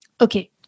Okay